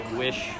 wish